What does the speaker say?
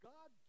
God